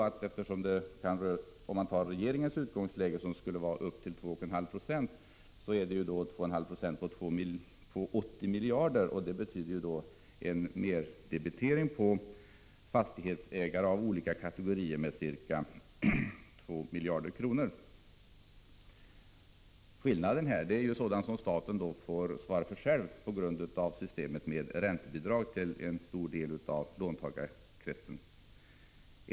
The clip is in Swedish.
I verkligheten kan man utgå från de 2,5 70 som regeringen föreslår beräknat på 80 miljarder, vilket betyder en merdebitering för fastighetsägare av olika kategorier med drygt 2 miljarder. Skillnaden är sådant som staten får svara för själv, på grund av systemet med räntebidrag till en stor del av låntagarkretsen.